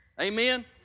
Amen